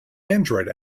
android